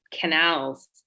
canals